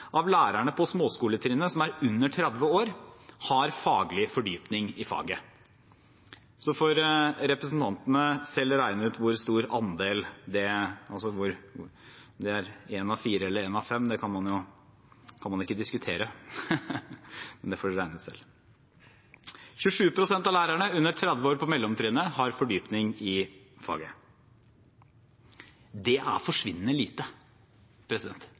av lærerne på småskoletrinnet som er under 30 år, har faglig fordypning i faget. Så får representantene selv regne ut hvor stor andel det utgjør, om det er en av fire eller en av fem – det kan man ikke diskutere. Det får de regne ut selv. 27 pst. av lærerne under 30 år på mellomtrinnet har fordypning i faget. Det er forsvinnende lite.